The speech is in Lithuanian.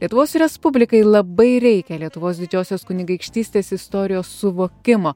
lietuvos respublikai labai reikia lietuvos didžiosios kunigaikštystės istorijos suvokimo